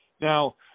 Now